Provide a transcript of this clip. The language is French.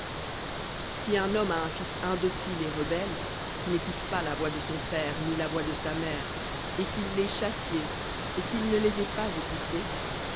si un homme a un fils indocile et rebelle qui n'écoute pas la voix de son père ni la voix de sa mère et qu'ils l'aient châtié et qu'il ne les ait pas écoutés